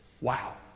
wow